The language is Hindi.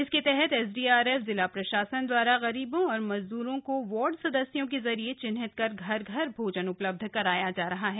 इसके तहत एसडीआरएफ जिला प्रशासन द्वारा गरीबों और मजद्रों को वार्ड सदस्यों के जरिए चिन्हित कर घर घर भोजना उपलब्ध कराया जा रहा है